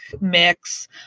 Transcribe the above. mix